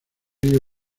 vídeo